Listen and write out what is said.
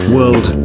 World